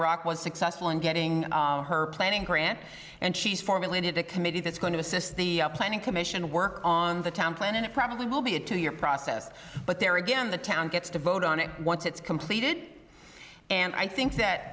rock was successful in getting her planning grant and she's formulated a committee that's going to assist the planning commission work on the town plan and it probably will be a two year process but there again the town gets to vote on it once it's completed and i think that